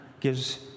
gives